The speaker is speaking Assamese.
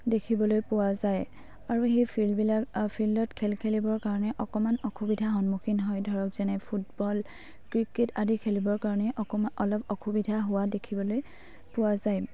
দেখিবলৈ পোৱা যায় আৰু সেই ফিল্ডবিলাক ফিল্ডত খেল খেলিবৰ কাৰণে অকণমান অসুবিধা সন্মুখীন হয় ধৰক যেনে ফুটবল ক্ৰিকেট আদি খেলিবৰ কাৰণে অকণমান অলপ অসুবিধা হোৱা দেখিবলৈ পোৱা যায়